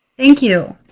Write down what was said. thank you.